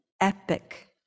epic